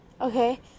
okay